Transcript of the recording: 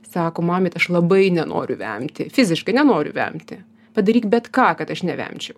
sako mamyt aš labai nenoriu vemti fiziškai nenoriu vemti padaryk bet ką kad aš nevemčiau